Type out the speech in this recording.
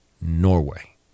Norway